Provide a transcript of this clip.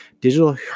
Digital